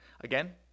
Again